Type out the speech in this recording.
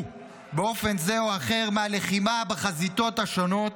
באופן זה או אחר מהלחימה בחזיתות השונות.